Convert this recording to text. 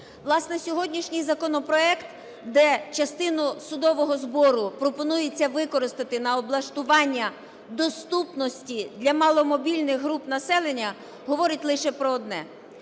Власне, сьогоднішній законопроект, де частину судового збору пропонується використати на облаштування доступності для маломобільних груп населення, говорить лише про одне.